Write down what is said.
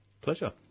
Pleasure